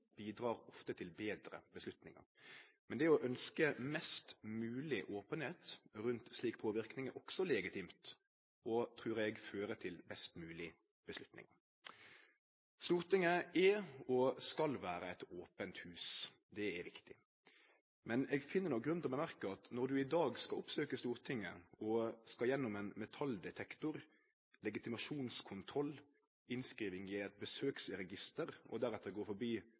bidrar ofte til betre avgjerder. Men det å ønskje mest mogleg openheit rundt slik påverknad er også legitimt og, trur eg, fører til best moglege avgjerder. Stortinget er og skal vere eit ope hus, det er viktig. Men eg finn grunn til å gjere ein merknad: Når ein i dag skal oppsøkje Stortinget, skal ein gjennom metalldetektor, legitimasjonskontroll og innskriving i eit besøksregister og går deretter forbi